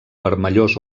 vermellós